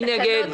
מי נגד?